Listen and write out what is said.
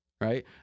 right